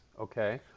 okay